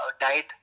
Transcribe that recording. diet